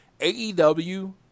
AEW